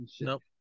Nope